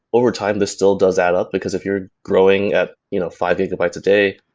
over time this till does add up because if you're growing at you know five gigabytes a day,